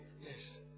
Yes